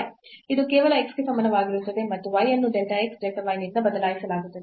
ಇದು ಕೇವಲ x ಗೆ ಸಮಾನವಾಗಿರುತ್ತದೆ ಮತ್ತು y ಅನ್ನು delta x delta y ನಿಂದ ಬದಲಾಯಿಸಲಾಗುತ್ತದೆ